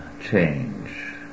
change